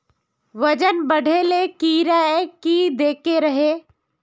वजन बढे ले कीड़े की देके रहे?